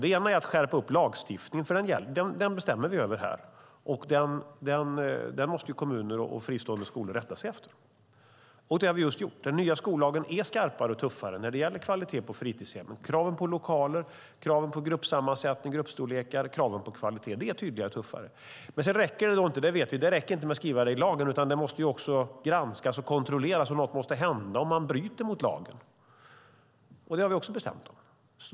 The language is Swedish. En är att skärpa lagstiftningen, för den bestämmer vi över här, och den måste kommuner och fristående skolor rätta sig efter. Det har vi nyligen gjort. Den nya skollagen är skarpare och tuffare när det gäller kvaliteten på fritidshemmen. Det gäller kraven på lokaler och kraven på gruppsammansättning och gruppstorlekar. Kraven på kvalitet är nu tydligare och tuffare. Det räcker dock inte att skriva in det i lagen, utan det hela måste också granskas och kontrolleras, och något måste hända om man bryter mot lagen. Det har vi också beslutat om.